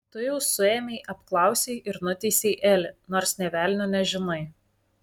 tu jau suėmei apklausei ir nuteisei elį nors nė velnio nežinai